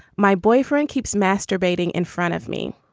my boyfriend keeps masturbating in front of me.